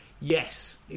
Yes